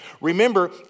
Remember